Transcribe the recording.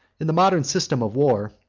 in the modern system of war,